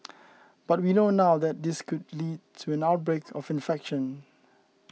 but we now know this could lead to an outbreak of infection